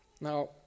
Now